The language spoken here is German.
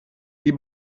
die